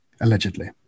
allegedly